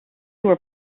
were